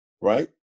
Right